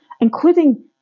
including